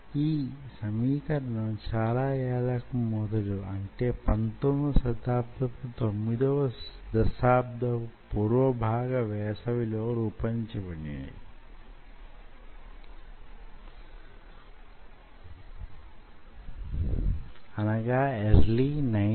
ఈ సమీకరణం చాలా యేళ్లకు మొదలు అంటే 19 వ శతాబ్దపు 9 వ దశాబ్దపు పూర్వ భాగపు వేసవిలో రూపొందించబడింది